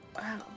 Wow